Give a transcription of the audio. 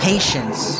Patience